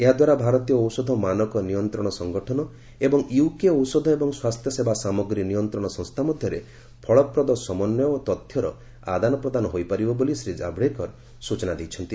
ଏହାଦ୍ୱାରା ଭାରତୀୟ ଔଷଧ ମାନକ ନିୟନ୍ତ୍ରଣ ସଂଗଠନ ଏବଂ ୟୁକେ ଔଷଧ ଏବଂ ସ୍ୱାସ୍ଥ୍ୟସେବା ସାମଗ୍ରୀ ନିୟନ୍ତ୍ରଣ ସଂସ୍ଥା ମଧ୍ୟରେ ଫଳପ୍ରଦ ସମନ୍ୱୟ ଓ ତଥ୍ୟର ଆଦାନପ୍ରଦାନ ହୋଇପାରିବ ବୋଲି ଶ୍ରୀ ଜାଭଡେକର ସୂଚନା ଦେଇଛନ୍ତି